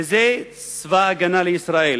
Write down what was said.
וזה צבא-הגנה לישראל,